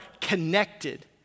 connected